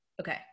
Okay